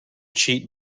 cheat